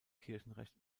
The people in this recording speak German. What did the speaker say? kirchenrecht